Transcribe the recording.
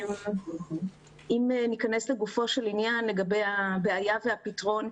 אם ניכנס לגופו של עניין לגבי הבעיה והפתרון,